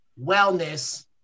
wellness